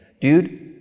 dude